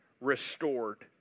restored